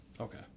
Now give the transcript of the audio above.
Okay